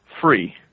free